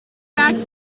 back